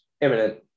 imminent